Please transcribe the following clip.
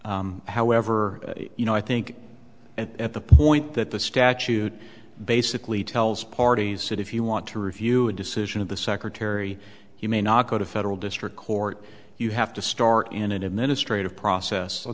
turnage however you know i think at the point that the statute basically tells parties sit if you want to review a decision of the secretary he may not go to federal district court you have to start an administrative process